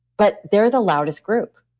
but they're the loudest group.